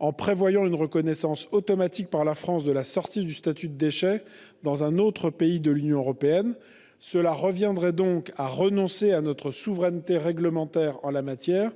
en prévoyant une reconnaissance automatique par la France de la sortie du statut de déchet dans un autre pays de l'Union européenne. Cela reviendrait à renoncer à notre souveraineté réglementaire en la matière.